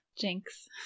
Jinx